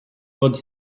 fod